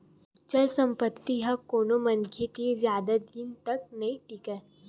चल संपत्ति ह कोनो मनखे तीर जादा दिन तक नइ टीकय